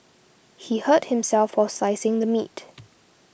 he hurt himself while slicing the meat